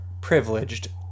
privileged